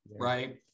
Right